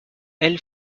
ailes